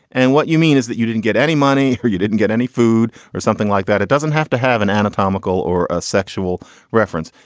and what you mean is that you didn't get any money or you didn't get any food or something like that it doesn't have to have an anatomical or ah sexual reference.